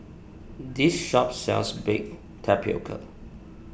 this shop sells Baked Tapioca